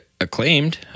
acclaimed